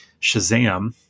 Shazam